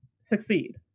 succeed